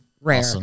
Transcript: rare